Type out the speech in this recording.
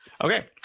Okay